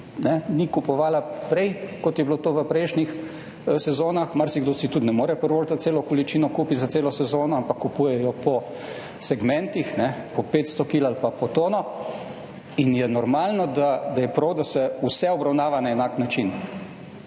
ni kupovala prej, kot je bilo to v prejšnjih sezonah. Marsikdo si tudi ne more privoščiti celo količino kupi za celo sezono, ampak kupujejo po segmentih, po 500 kil ali pa po tono, in je normalno, da je prav, da se vse obravnava na enak način.